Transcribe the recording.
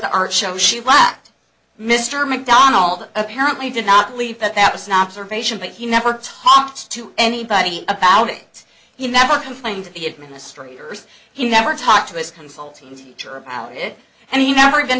the art show she lacked mr macdonald apparently did not believe that that was an observation but he never talked to anybody about it he never complained to the administrators he never talked to his consulting teacher about it and he never even